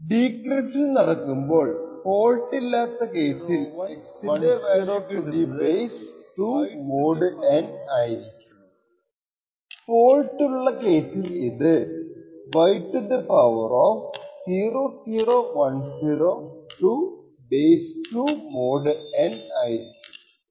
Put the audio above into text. decryption നടക്കുമ്പോൾ fault ഇല്ലാത്ത കേസിൽ x ൻറെ വാല്യൂ കിട്ടുന്നത് y to power of 0110 to the base 2 mod n ആയിരിക്കും ഫോൾട്ട് ഉള്ള കേസിൽ ഇത് y to power of 0010 to base 2 mod n ആയിരിക്കും